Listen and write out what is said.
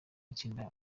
itsinda